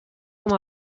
com